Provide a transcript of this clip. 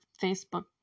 Facebook